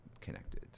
connected